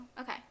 Okay